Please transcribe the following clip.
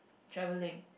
travelling